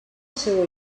seua